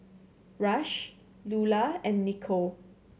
Rush Lulah and Nico